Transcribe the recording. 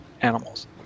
animals